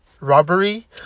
robbery